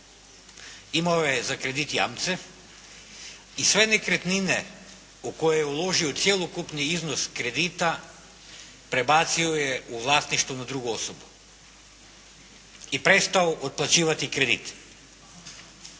Imao je za kredit jamce i sve nekretnine u koje je uložio cjelokupni iznos kredita prebacio je u vlasništvo na drugu osobu i prestao otplaćivati kredit.